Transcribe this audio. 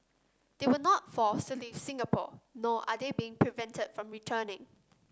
they were not forced to leave Singapore nor are they being prevented from returning